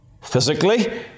physically